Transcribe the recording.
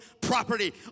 property